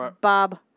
Bob